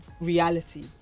reality